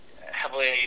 heavily